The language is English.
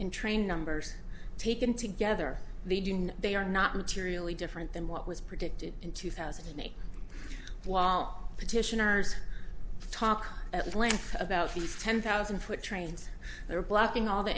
in train numbers taken together they do know they are not materially different than what was predicted in two thousand and eight while petitioners talk at length about the ten thousand foot trains they're blocking all the